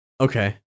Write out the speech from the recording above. okay